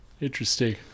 Interesting